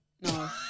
No